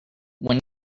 when